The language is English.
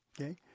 okay